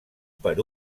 per